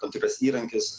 tam tikras įrankis